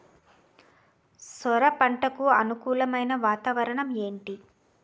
సొర పంటకు అనుకూలమైన వాతావరణం ఏంటి?